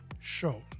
show